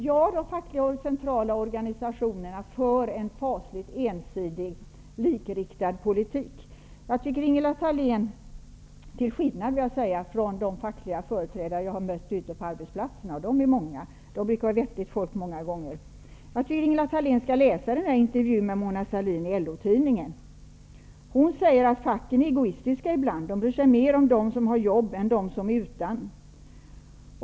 Ja, de fackliga och centrala organisationerna för en kolossalt ensidig, likriktad politik. Jag tycker att Ingela Thalén, i likhet med de fackliga företrädare jag har mött ute på arbetsplatserna, som många gånger är vettiga människor, skall läsa intervjun med Mona Sahlin i LO-tidningen. Hon säger att facken är egoistiska ibland och mer bryr sig om dem som har jobb än dem som är utan.